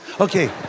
Okay